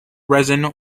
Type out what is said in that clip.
resin